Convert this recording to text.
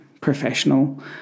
professional